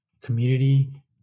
community